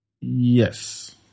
Yes